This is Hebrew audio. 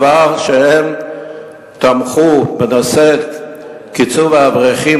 והם תמכו בנושא תקצוב האברכים,